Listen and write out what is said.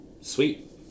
Sweet